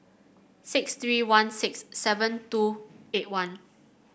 six three one six seven two eight one